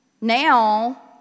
Now